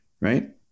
Right